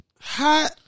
Hot